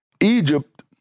Egypt